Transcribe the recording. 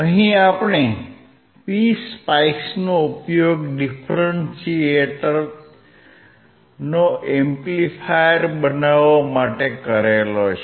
અહીં આપણે P Spikes નો ઉપયોગ ડિફરન્ટિએટર નો એમ્પ્લીફાયર બનાવવા માટે કર્યો છે